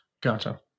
Gotcha